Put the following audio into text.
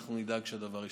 ואנחנו נדאג שהדבר ישתנה.